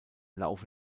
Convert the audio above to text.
laufe